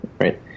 right